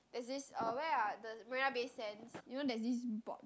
there's this uh where ah the Marina-Bay-Sands you know there's this board